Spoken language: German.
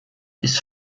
ist